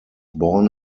born